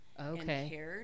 Okay